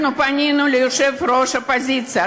אנחנו פנינו ליושב-ראש האופוזיציה,